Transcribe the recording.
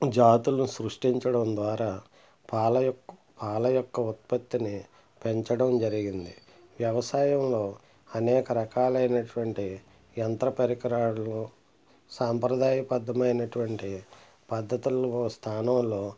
జాతులని సృష్టించడం ద్వారా పాలయొక్క పాలయొక్క ఉత్పత్తిని పెంచడం జరిగింది వ్యవసాయంలో అనేక రకాలైనటువంటి యంత్ర పరికరాలు సాంప్రదాయబద్ధమైనటువంటి పద్ధతుల స్థానంలో